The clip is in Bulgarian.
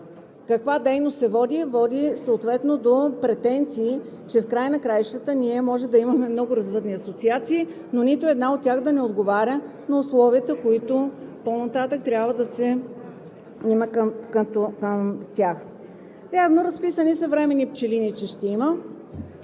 каква дейност се води, съответно води до претенции, че в края на краищата ние можем да имаме много развъдни асоциации, но нито една от тях да не отговаря на условията, които по-нататък трябва да има към тях. Разписано е, че ще има временни пчелини. Има